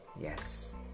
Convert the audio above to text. yes